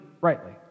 rightly